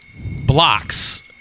blocks